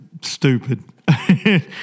stupid